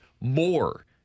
more